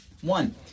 One